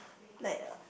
like